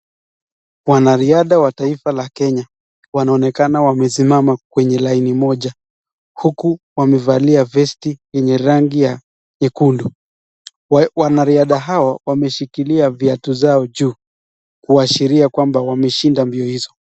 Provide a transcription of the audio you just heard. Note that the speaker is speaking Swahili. Wanariadha wa Kenya wanaonekana wamesimama kwenye laini moja huku wamevalia vesti yenye rangi nyekundu. Wanariadha hao wameshika viatu zao juu kuashiria kuwa wameshinda mbio hizo.